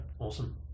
Awesome